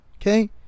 okay